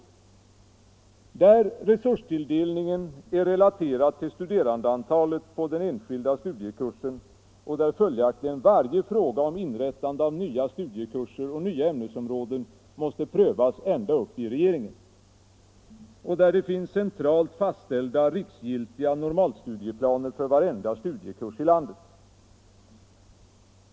Där resurstilldelningen är relaterad till studerandeantalet på den enskilda studiekursen och där följaktligen varje fråga om inrättande av nya studiekurser och nya ämnesområden måste prövas ända upp i regeringen. Och där det finns centralt fastställda riksgiltiga normalstudieplaner för varenda studiekurs i landet.